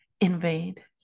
invade